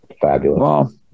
fabulous